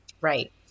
Right